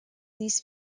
these